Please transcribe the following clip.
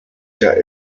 der